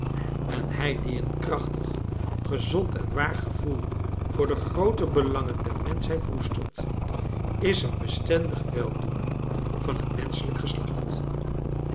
en hij die een krachtig gezond en waar gevoel voor de groote belangen der menschheid koestert is een bestendig weldoener van het menschelijk geslacht